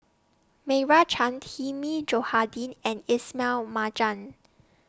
Meira Chand Hilmi Johandi and Ismail Marjan